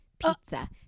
Pizza